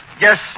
Yes